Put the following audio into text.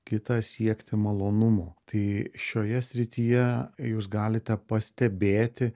kita siekti malonumo tai šioje srityje jūs galite pastebėti